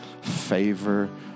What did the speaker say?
favor